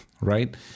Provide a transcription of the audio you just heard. right